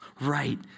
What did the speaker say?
right